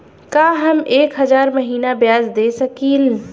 का हम एक हज़ार महीना ब्याज दे सकील?